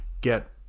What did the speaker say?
get